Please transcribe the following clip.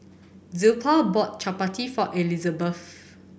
Zilpha bought Chapati for Elizebeth